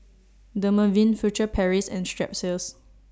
Dermaveen Furtere Paris and Strepsils